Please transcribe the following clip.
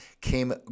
came